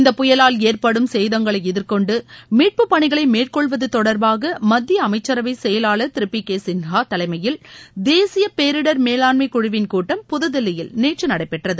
இந்த புயலால் ஏற்படும் சேதங்களை எதிர்கொண்டு மீட்புப் பணிகளை மேற்கொள்வது தொடர்பாக மத்திய அமைச்சரவை செயலாளர் திரு பி கே சின்ஹா தலைமையில் தேசிய பேரிடர் மேலாண்மை குழுவின் கூட்டம் புதுதில்லியில் நேற்று நடைபெற்றது